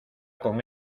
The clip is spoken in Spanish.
con